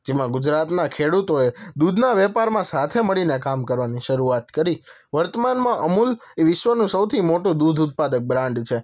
જેમાં ગુજરાતનાં ખેડૂતોએ દૂધના વેપારમાં સાથે મળીને કામ કરવાની શરૂઆત કરી વર્તમાનમાં અમૂલ એ વિશ્વનું સૌથી મોટું દૂધ ઉત્પાદક બ્રાન્ડ છે